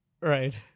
Right